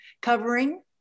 covering